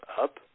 up